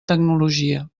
tecnologia